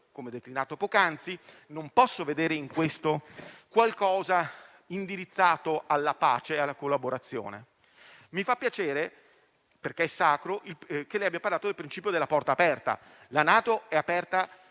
come declinato poc'anzi, non posso vedere in questo qualcosa di indirizzato alla pace e alla collaborazione. Mi fa piacere - è un principio sacro - che lei abbia parlato del principio della porta aperta: la NATO è aperta